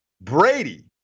Brady